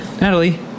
Natalie